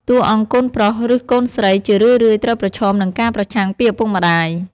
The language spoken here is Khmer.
តួអង្គកូនប្រុសឬកូនស្រីជារឿយៗត្រូវប្រឈមនឹងការប្រឆាំងពីឪពុកម្តាយ។